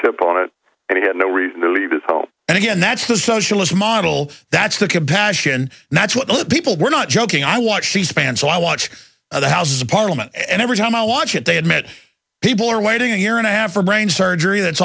tip on it and he had no reason to leave his home and again that's the socialist model that's the compassion not what the people were not joking i watch c span so i watch other houses of parliament and every time i watch it they admit people are waiting a year and a half for brain surgery that's